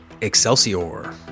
Excelsior